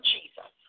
Jesus